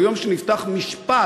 ביום שנפתח משפט,